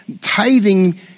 tithing